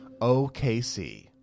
OKC